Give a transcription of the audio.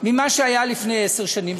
ממה שהיה לפני עשר שנים.